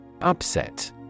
Upset